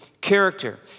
character